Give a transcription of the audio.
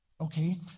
Okay